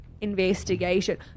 investigation